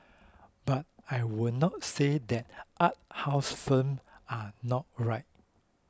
but I will not say that art house films are not right